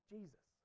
Jesus